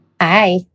Hi